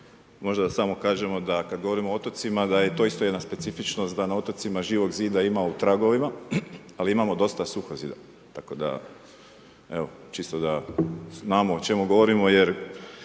možda samo da kažemo da kad govorimo o otocima da je to isto jedna specifičnost da na otocima Živog zida ima u tragovima ali imamo dosta suhozida. Tako da evo, čisto da znamo o čemu govorimo jer